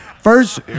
First